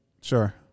Sure